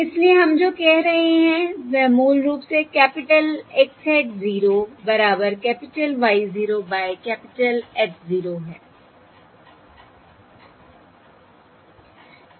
इसलिए हम जो कह रहे हैं वह मूल रूप से कैपिटल X hat 0 बराबर capital Y 0 by capital H 0 है